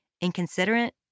inconsiderate